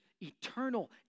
eternal